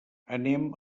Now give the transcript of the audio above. anem